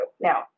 Now